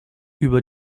über